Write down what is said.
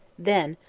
then,